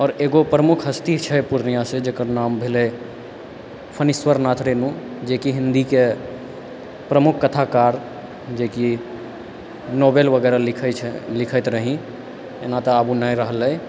आओर एगो प्रमुख हस्ती छै पूर्णियासँ जकर नाम भेलै फणीश्वर नाथ रेणु जेकि हिन्दीके प्रमुख कथाकार जेकि नॉवेल वगैरह लिखैत रही एना तऽ आब ओ नहि रहलै